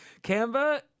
Canva